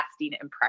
impression